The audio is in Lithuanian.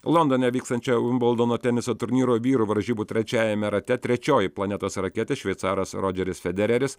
londone vykstančio vimbldono teniso turnyro vyrų varžybų trečiajame rate trečioji planetos raketė šveicaras rodžeris federeris